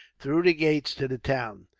through the gates to the town,